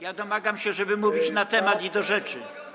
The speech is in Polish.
Ja domagam się, żeby mówić na temat i do rzeczy.